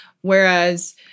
Whereas